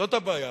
זאת הבעיה.